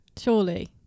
surely